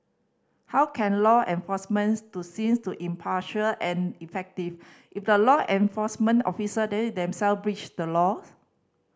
how can law enforcement to seen to impartial and effective if law enforcement officer them self breach the laws